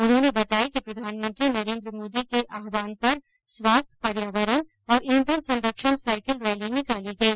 उन्होंने बताया कि प्रधानमंत्री नरेंद्र मोदी के आह्वान पर स्वास्थ्य पर्यावरण और ईंधन संरक्षण साइकिल रैली निकाली गई